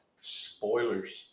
spoilers